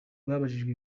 babajijwe